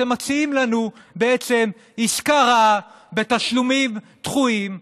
אתם מציעים לנו בעצם עסקה רעה בתשלומים דחויים,